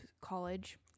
college